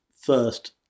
first